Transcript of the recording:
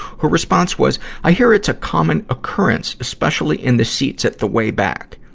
her response was, i hear it's a common occurrence, especially in the seats at the way back.